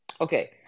Okay